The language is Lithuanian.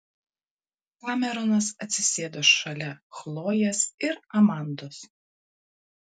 kameronas atsisėdo šalia chlojės ir amandos